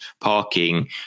parking